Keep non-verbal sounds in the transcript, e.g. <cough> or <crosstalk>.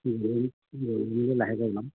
<unintelligible> লাহেকৈ ওলাম